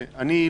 אני,